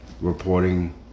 Reporting